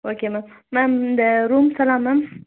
okay ma'am ma'am இந்த ரூம்ஸெல்லாம் ma'am